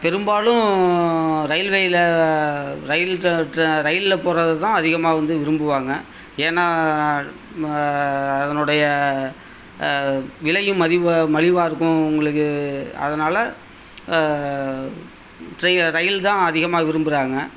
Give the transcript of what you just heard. பெரும்பாலும் ரயில்வேயில ரயில் ட்ர ட்ர ரயிலில் போகறது தான் அதிகமாக வந்து விரும்புவாங்க ஏன்னா அதனுடைய விலையும் மதிவு மலிவாக இருக்கும் உங்களுக்கு அதனால் ட்ரெய் ரயில் தான் அதிகமாக விரும்புறாங்க